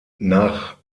nach